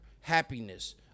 happiness